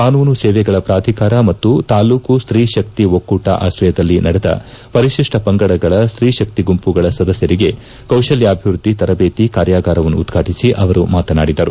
ಕಾನೂನು ಸೇವೆಗಳ ಪ್ರಾಧಿಕಾರ ಮತ್ತು ತಾಲೂಕು ಸ್ತೀ ಶಕ್ತಿ ಒಕ್ಕೂಟ ಆಶ್ರಯದಲ್ಲಿ ನಡೆದ ಪರಿಶಿಷ್ಟ ಪಂಗಡಗಳ ಸ್ತೀ ಶಕ್ತಿ ಗುಂಪುಗಳ ಸದಸ್ಯರಿಗೆ ಕೌಶಲ್ವಾಭಿವೃದ್ದಿ ತರಬೇತಿ ಕಾರ್ಯಾಗಾರವನ್ನು ಉದ್ಘಾಟಿಸಿ ಅವರು ಮಾತನಾಡಿದರು